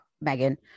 Megan